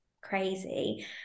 crazy